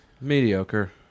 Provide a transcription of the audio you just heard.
Mediocre